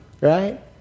right